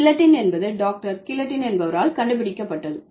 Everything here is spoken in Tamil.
கில்லட்டின் என்பது டாக்டர் கில்லட்டின் என்பவரால் கண்டுபிடிக்கப்பட்டது